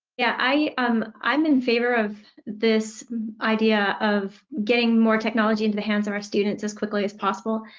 yeah i'm i'm in favor of this idea of getting more technology into the hands of our students as quickly as possible.